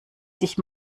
dich